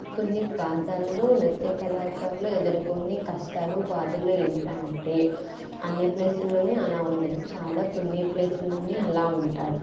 కొన్ని ప్రాంతాల్లో నృత్య కళాకారులు ఎదుర్కొనే కష్టాలు బాధలు ఏంటంటే అన్ని ప్లేస్ల్లోను అలా ఉండదు చాలా కొన్ని ప్లేస్ల్లోను అలా ఉంటుంది